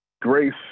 Grace